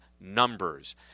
numbers